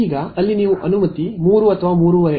ಈಗ ಅಲ್ಲಿ ನೀವು ಅನುಮತಿ 3 ಅಥವಾ 3